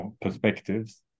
perspectives